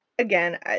Again